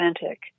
authentic